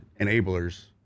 enablers